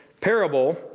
parable